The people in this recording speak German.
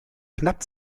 knapp